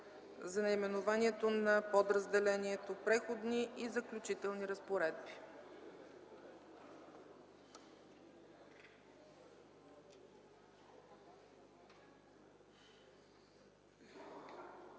за наименованието на подразделението – „Преходни и заключителните разпоредби”.